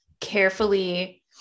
carefully